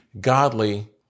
godly